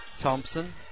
Thompson